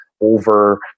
over